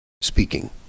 speaking